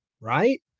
right